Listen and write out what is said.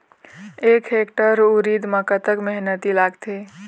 एक हेक्टेयर उरीद म कतक मेहनती लागथे?